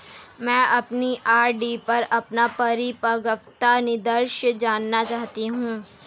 मैं अपनी आर.डी पर अपना परिपक्वता निर्देश जानना चाहती हूँ